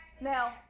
Now